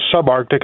subarctic